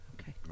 Okay